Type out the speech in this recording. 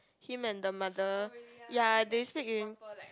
him and the mother ya they speak in